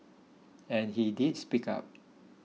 and he did speak up